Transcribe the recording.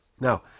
Now